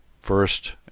first